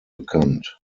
bekannt